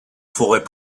forêts